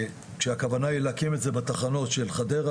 כשהכוונה היא להקים את זה בתחנות של חדרה,